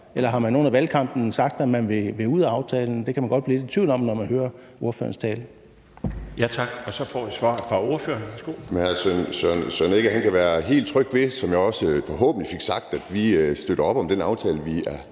Eller har man under valgkampen sagt, at man vil ud af aftalen? Det kan man godt blive lidt i tvivl om, når man hører ordførerens tale.